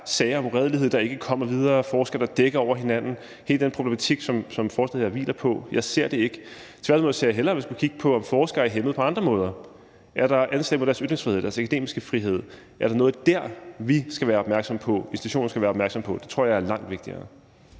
sager om uredelighed, der ikke kommer videre, og forskere, der dækker over hinanden – hele den problematik, som forslaget her hviler på. Jeg ser det ikke. Tværtimod ser jeg hellere, at man skal kigge på, om forskere er hæmmet på andre måder. Er der anslag på deres ytringsfrihed, deres akademiske frihed? Er det noget dér, vi skal være opmærksom på, institutionerne skal være opmærksom på? Det tror jeg er langt vigtigere.